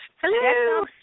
Hello